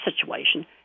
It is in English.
situation